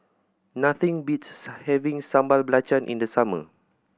nothing beats having Sambal Belacan in the summer